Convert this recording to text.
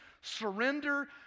surrender